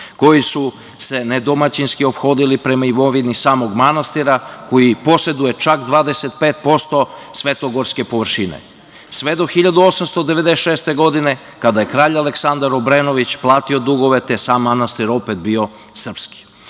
koji su se nedomaćinski ophodili prema imovini samog manastira koji poseduje čak 25% svetogorske površine. Sve do 1896. godine kada je kralj Aleksandar Obrenović platio dugove, te je sam manastir opet bio srpski. Takođe,